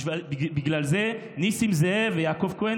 בגלל זה נסים זאב ויעקב כהן,